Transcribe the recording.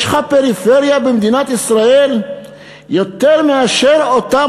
יש לך פריפריה במדינת ישראל יותר מאותם